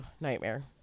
Nightmare